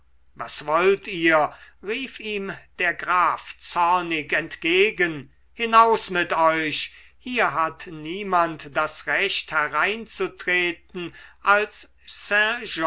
was wollt ihr rief ihm der graf zornig entgegen hinaus mit euch hier hat niemand das recht hereinzutreten als